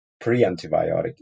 pre-antibiotic